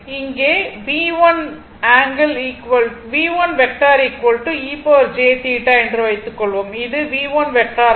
எனவே இங்கே என்று வைத்துக்கொள்வோம் இது ஆகும்